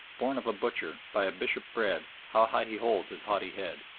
born of a butcher, by a bishop bred, how high he holds his haughty head!